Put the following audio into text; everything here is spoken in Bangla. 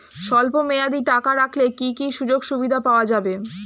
স্বল্পমেয়াদী টাকা রাখলে কি কি সুযোগ সুবিধা পাওয়া যাবে?